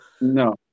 No